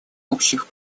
общих